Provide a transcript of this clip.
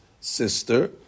sister